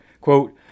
Quote